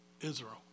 Israel